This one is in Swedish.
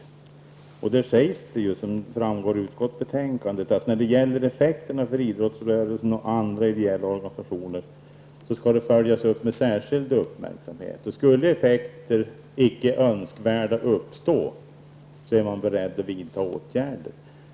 Utskottet säger, som framgår av betänkandet, att effekterna för idrottsrörelsen och andra ideella organisationer skall följas med särskild uppmärksamhet, och skulle icke önskvärda effekter uppstå, är man beredd att vidta åtgärder.